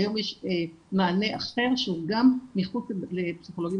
היום יש מענה אחר שהוא גם מחוץ לפסיכולוגים